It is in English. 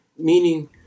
Meaning